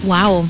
Wow